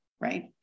right